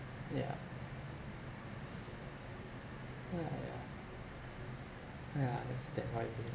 yeah yeah yeah yeah that's that one again